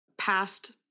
past